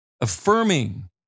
Affirming